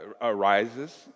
arises